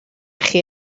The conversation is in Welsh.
chi